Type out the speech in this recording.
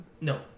No